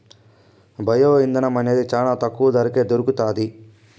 bio ఇంధనం అనేది చానా తక్కువ ధరకే దొరుకుతాది